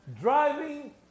Driving